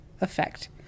effect